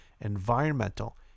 environmental